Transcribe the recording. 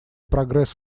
прогресс